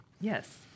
Yes